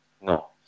no